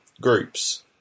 groups